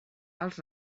als